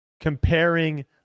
comparing